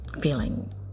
feeling